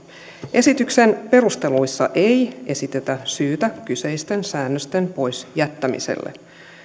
esityksen perusteluissa ei esitetä syytä kyseisten säännösten pois jättämiselle